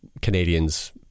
Canadians